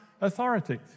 authority